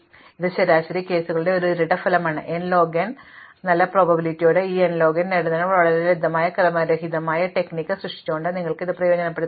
അതിനാൽ ഇത് വളരെ ലളിതമാണ് ഇത് ശരാശരി കേസുകളുടെ ഒരു ഇരട്ട ഫലമാണ് n ലോഗ് n നല്ല പ്രോബബിലിറ്റിയോടെ ഈ n ലോഗ് n നേടുന്നതിന് വളരെ ലളിതമായ ക്രമരഹിതമായ തന്ത്രം സൃഷ്ടിച്ചുകൊണ്ട് നിങ്ങൾക്ക് ഇത് പ്രയോജനപ്പെടുത്താം